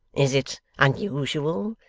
is it unusual,